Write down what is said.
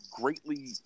greatly